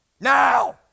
now